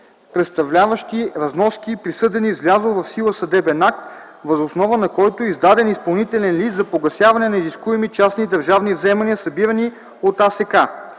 представляващи разноски, присъдени с влязъл в сила съдебен акт, въз основа на който е издаден изпълнителен лист за погасяване на изискуеми частни държавни вземания, събирани от АСК.